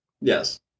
Yes